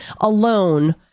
alone